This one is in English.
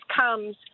comes